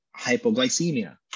hypoglycemia